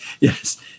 yes